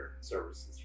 services